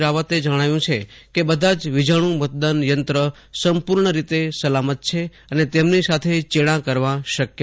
રાવતે જણાવ્યું છે કે બધા જ વિજાણુ મતદાન યંત્રો સંપૂર્ણ રીતે સલામત છે અને તેમની સાથે ચેડા કરવા શક્ય નથી